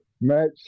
match